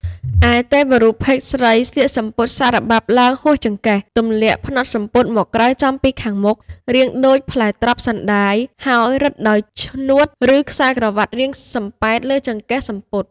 ឯទេវរូបភេទស្រីស្លៀកសំពត់សារបាប់ឡើងហួសចង្កេះ ទម្លាក់ផ្នត់សំពត់មកក្រៅចំពីខាងមុខ រាងដូចផ្លែត្រប់សណ្ដាយ ហើយរឹតដោយឈ្នួត ឬខ្សែក្រវាត់រាងសំប៉ែតលើចង្កេះសំពត់។